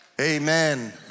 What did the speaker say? Amen